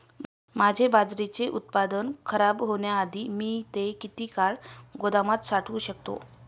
माझे बाजरीचे उत्पादन खराब होण्याआधी मी ते किती काळ गोदामात साठवू शकतो?